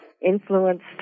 influenced